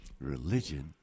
religion